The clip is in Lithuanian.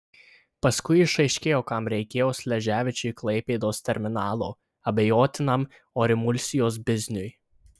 paskui išaiškėjo kam reikėjo šleževičiui klaipėdos terminalo abejotinam orimulsijos bizniui